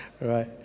Right